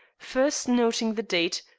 first noting the date,